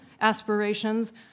aspirations